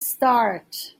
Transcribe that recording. start